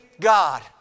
God